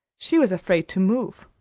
she was afraid to move,